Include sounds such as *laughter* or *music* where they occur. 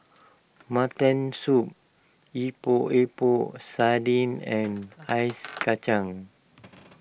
Mutton Soup Epok Epok Sardin and Ice *noise* Kacang